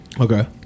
Okay